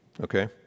Okay